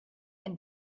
and